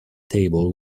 table